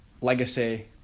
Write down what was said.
legacy